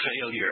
failure